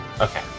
Okay